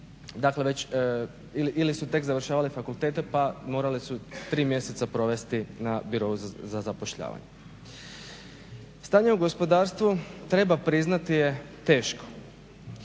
staža ili su tek završavali fakultete pa morali su tri mjeseca provesti na birou za zapošljavanje. Stanje u gospodarstvu treba priznati je teško,